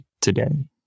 today